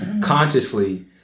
consciously